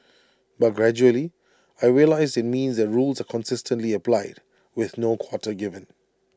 but gradually I realised IT means that rules are consistently applied with no quarter given